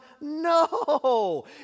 no